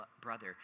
brother